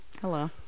Hello